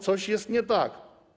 Coś jest nie tak.